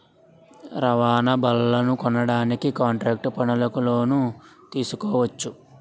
రవాణా బళ్లనుకొనడానికి కాంట్రాక్టు పనులకు లోను తీసుకోవచ్చు